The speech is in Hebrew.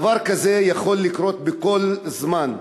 דבר כזה יכול לקרות בכל זמן.